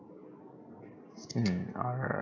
mm alright